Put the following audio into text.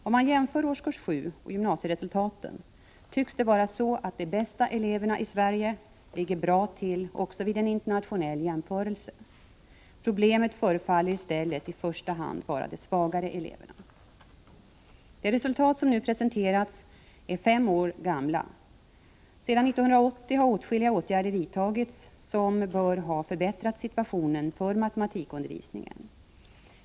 Om man jämför årskurs 7 och gymnasieresultaten tycks det vara så att de bästa eleverna i Sverige ligger bra till också vid en internationell jämförelse. Problemet förefaller i stället i första hand vara de svagare eleverna. De resultat som nu presenteras är fem år gamla. Sedan 1980 har åtskilliga åtgärder vidtagits som bör ha förbättrat situationen för matematikundervisningen.